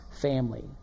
family